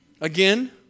Again